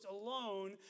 alone